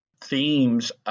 themes